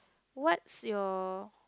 what's your